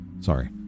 Sorry